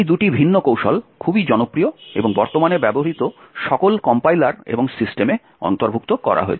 এই দুটি ভিন্ন কৌশল খুবই জনপ্রিয় এবং বর্তমানে ব্যবহৃত সকল কম্পাইলার এবং সিস্টেমে অন্তর্ভুক্ত করা হয়েছে